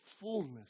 fullness